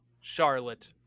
Charlotte